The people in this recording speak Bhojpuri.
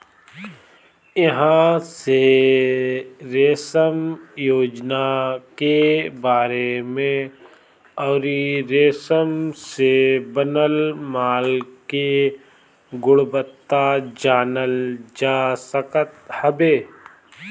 इहां से रेशम योजना के बारे में अउरी रेशम से बनल माल के गुणवत्ता जानल जा सकत हवे